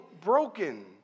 broken